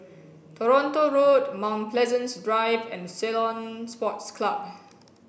Toronto Road Mount Pleasant Drive and Ceylon Sports Club